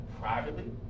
privately